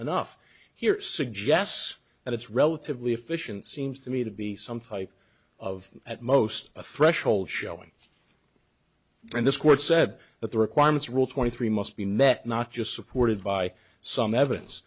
enough here suggests that it's relatively efficient seems to me to be some type of at most a threshold showing and this court said that the requirements rule twenty three must be met not just supported by some evidence